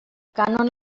cànon